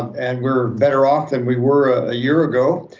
and we're better off than we were a year ago,